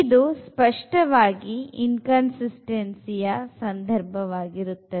ಇದು ಸ್ಪಷ್ಟವಾಗಿ ಇನ್ಕನ್ಸಿಸ್ಟನ್ಸಿ ಯ ಸಂದರ್ಭವಾಗಿರುತ್ತದೆ